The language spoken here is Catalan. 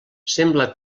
sembla